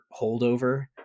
holdover